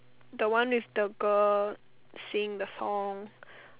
the one with the girl singing the song